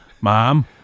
mom